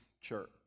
church